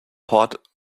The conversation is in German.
port